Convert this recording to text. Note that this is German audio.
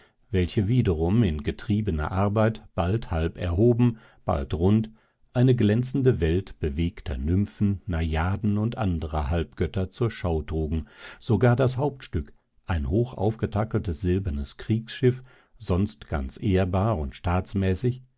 welche wiederum in getriebener arbeit bald halb erhoben bald rund eine glänzende welt bewegter nymphen najaden und anderer halbgötter zur schau trugen sogar das hauptstück ein hoch aufgetakeltes silbernes kriegsschiff sonst ganz ehrbar und